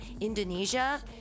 Indonesia